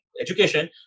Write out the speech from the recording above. education